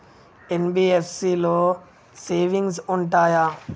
NBFC లో savings ఉంటయా?